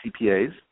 CPAs